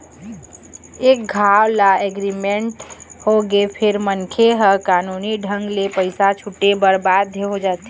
एक घांव loan agreement होगे फेर मनखे ह कानूनी ढंग ले पइसा छूटे बर बाध्य हो जाथे